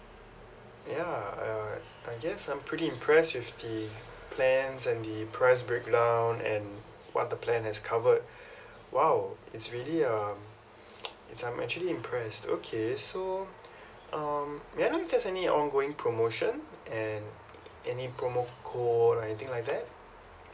yeah uh I guess I'm pretty impressed with the plans and the price breakdown and what the plan has covered !wow! it's really um is I'm actually impressed okay so um may I know if there's any ongoing promotion and any promo code or anything like that